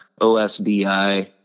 OSBI